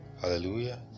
Hallelujah